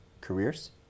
careers